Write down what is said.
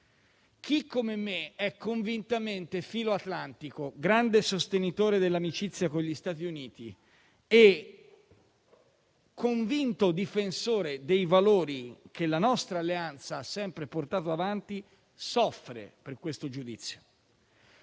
Chi come me è convintamente filoatlantico, grande sostenitore dell'amicizia con gli Stati Uniti e convinto difensore dei valori che la nostra Alleanza ha sempre portato avanti, soffre per questo giudizio.